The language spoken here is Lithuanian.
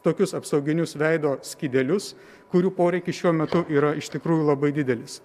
tokius apsauginius veido skydelius kurių poreikis šiuo metu yra iš tikrųjų labai didelis